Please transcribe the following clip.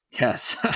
yes